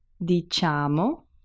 diciamo